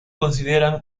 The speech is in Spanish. consideran